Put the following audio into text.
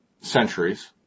centuries